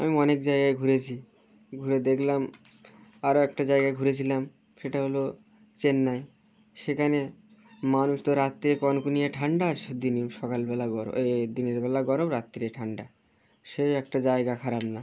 আমি অনেক জায়গায় ঘুরেছি ঘুরে দেখলাম আরও একটা জায়গায় ঘুরেছিলাম সেটা হলো চেন্নাই সেখানে মানুষ তো রাত্রে কনকনিয়ে নিয়ে ঠান্ডা আর দিন সকালবেলা গর এই দিনেরবেলা গরম রাত্রে ঠান্ডা সেও একটা জায়গা খারাপ না